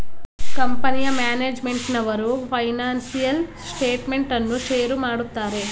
ಕಂಪನಿಯ ಮ್ಯಾನೇಜ್ಮೆಂಟ್ನವರು financial statement ಅನ್ನು ಶೇರ್ ಮಾಡುತ್ತಾರೆ